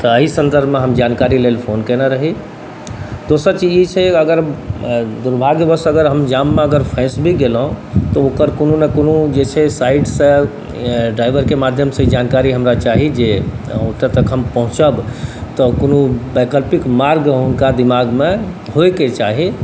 तऽ एहि सन्दर्भमे हम जानकारी लेल फोन केने रही दोसर चीज ई छै अगर दुर्भाग्यवश अगर हम जाममे अगर फँसि भी गेलहुँ तऽ ओकर कोनो ने कोनो जे छै से साइडसँ ड्राइवरके माध्यमसँ जानकारी हमरा चाही जे ओतऽ तक हम पहुँचब तऽ कोनो वैकल्पिक मार्ग हुनका दिमागमे होइके चाही